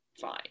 fine